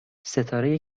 ستاره